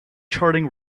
charting